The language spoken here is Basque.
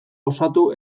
osatu